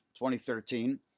2013